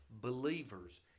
believers